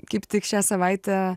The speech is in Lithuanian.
kaip tik šią savaitę